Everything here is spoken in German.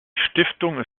stiftung